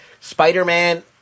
Spider-Man